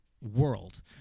world